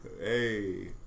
Hey